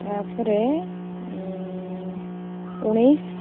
ତା'ପରେ ଉଣେଇଶ